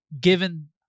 given